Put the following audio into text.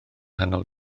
nghanol